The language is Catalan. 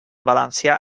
valencià